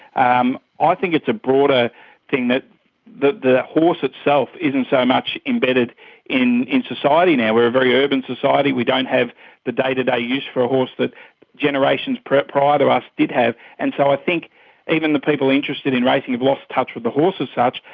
um i think it's a broader thing that the the horse itself isn't so much embedded in in society now. we're a very urban society, we don't have the day-to-day use for a horse that generations prior prior ah to us did have, and so i think even the people interested in racing have lost touch with the horse, as such.